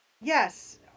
yes